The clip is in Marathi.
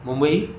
मुंबई